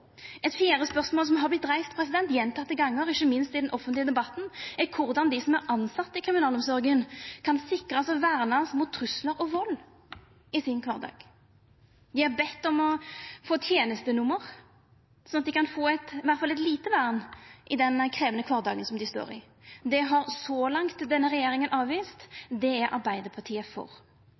Eit fjerde spørsmål som har vorte reist gjentekne gonger, ikkje minst i den offentlege debatten, er korleis dei som er tilsett i kriminalomsorga, kan sikrast og vernast mot truslar og vald i sin kvardag. Dei har bedt om å få tenestenummer, slik at dei kan få i alle fall eit lite vern i den krevjande kvardagen som dei står i. Det har så langt denne regjeringa avvist – Arbeidarpartiet er for.